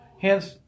hence